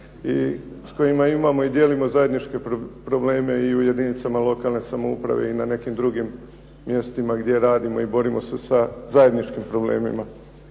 s kojima imamo i dijelimo zajedničke probleme i u jedinicama lokalne samouprave i na nekim drugim mjestima gdje radimo i borimo se sa zajedničkim problemima.